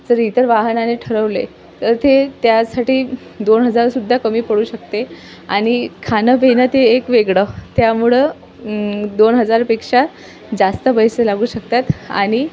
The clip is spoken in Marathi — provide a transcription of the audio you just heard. जर इतर वाहनाने ठरवले तर ते त्यासाठी दोन हजार सुद्धा कमी पडू शकते आणि खाणं पिणं ते एक वेगळं त्यामुळं दोन हजारपेक्षा जास्त पैसे लागू शकतात आणि